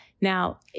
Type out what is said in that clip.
Now